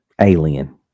Alien